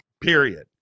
Period